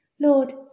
Lord